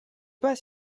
pas